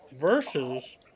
versus